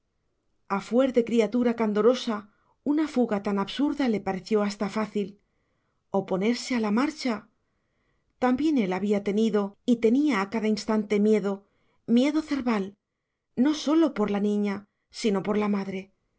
a fuer de criatura candorosa una fuga tan absurda le pareció hasta fácil oponerse a la marcha también él había tenido y tenía a cada instante miedo miedo cerval no sólo por la niña sino por la madre